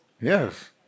Yes